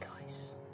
guys